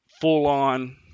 full-on